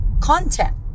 content